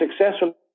successful